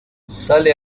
sale